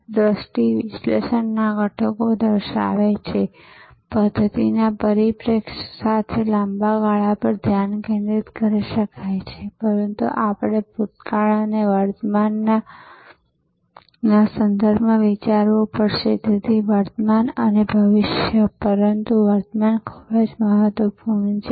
તેથી તેઓ અત્યંત વિશ્વસનીય ખૂબ જ સપાટ માળખું છે મોટે ભાગે ગ્રાહક સંપાદન ઓળખાણ દ્વારા થાય છે અને ગ્રાહક હિમાયત મૌખિક શબ્દો લોકોની ભરતી પણ ઓળખાણ દ્વારા થાય છે